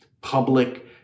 public